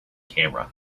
camera